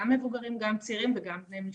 גם מבוגרים, גם צעירים וגם בני המשפחות.